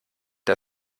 der